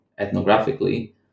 ethnographically